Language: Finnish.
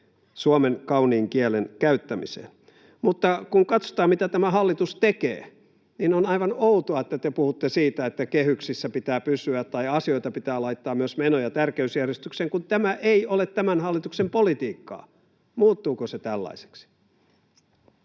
luovaan ja värikkääseen käyttämiseen. Mutta kun katsotaan, mitä tämä hallitus tekee, niin on aivan outoa, että te puhutte siitä, että kehyksissä pitää pysyä tai asioita pitää laittaa, myös menoja, tärkeysjärjestykseen, kun tämä ei ole tämän hallituksen politiikkaa. Muuttuuko se tällaiseksi?